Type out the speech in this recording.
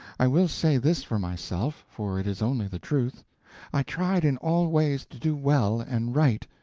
i will say this for myself, for it is only the truth i tried in all ways to do well and right,